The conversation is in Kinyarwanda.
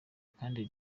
kandi